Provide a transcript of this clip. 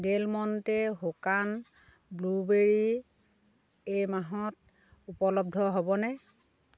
Dell মণ্টেৰ শুকাণ blueberry এই মাহত উপলব্ধ হ'বনে